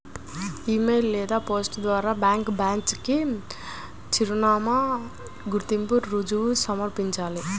ఇ mail లేదా post ద్వారా bank branch కి చిరునామా, గుర్తింపు రుజువు సమర్పించాలి